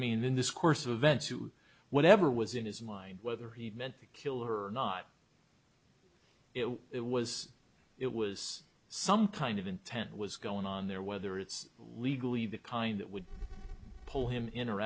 mean in this course of events to whatever was in his mind whether he meant killer or not if it was it was some kind of intent was going on there whether it's legally the kind that would pull him in or